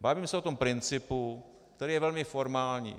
Bavíme se o principu, který je velmi formální.